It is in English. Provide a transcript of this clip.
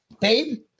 babe